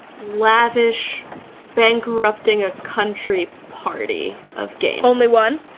lavish bankrupting-a-country party, of gayness. only one?